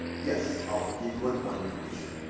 yes i'll forgive you on one condition.